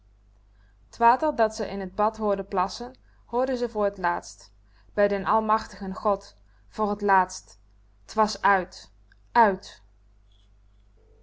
water dat ze in t bad hoorde plassen hoorde ze voor t laatst bij den almachtigen god voor t laatst t was uit uit